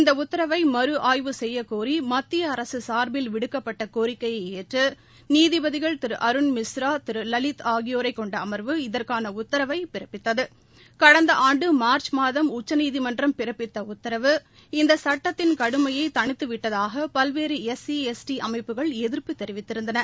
இந்த உத்தரவை மறு ஆய்வு செய்யக் கோரி மத்திய அரசு சார்பில் விடுக்கப்பட்ட கோரிக்கையை ஏற்று நீதிபதிகள் திரு அருண்மிஸ் திரு யு யு லலித் ஆகியோரைக் கொண்ட அமர்வு இதற்கான உத்தரவை பிறப்பித்தது கடந்த ஆண்டு மார்ச் மாதம் உச்சநீதிமன்றம் பிறப்பித்த உத்தரவு இந்த சுட்டத்தின் கடுமைய தணித்துவிட்டதாக பல்வேறு எஸ் சி எஸ் டி அமைப்புகள் எதிா்ப்பு தெரிவித்திருந்தன